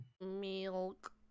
Milk